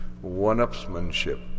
one-upsmanship